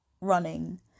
running